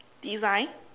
design